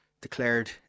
declared